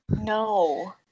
No